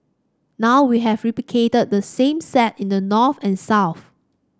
now we have replicated the same set in the north and south